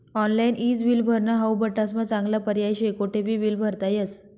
online ईज bill भरनं हाऊ बठ्ठास्मा चांगला पर्याय शे, कोठेबी बील भरता येस